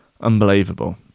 Unbelievable